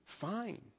Fine